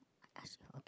I ask you okay